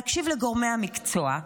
להקשיב לגורמי המקצוע.